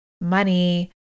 money